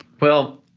well,